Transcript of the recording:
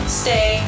stay